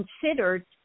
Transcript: considered